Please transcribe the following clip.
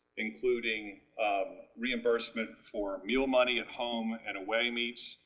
including um reimbursement for meal money at home and away meets,